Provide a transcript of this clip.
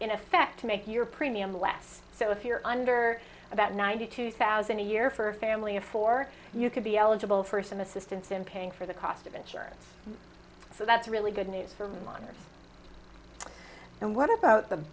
in effect make your premium less so if you're under about ninety two thousand a year for a family of four you could be eligible for some assistance in paying for the cost of insurance so that's really good news for miners and what about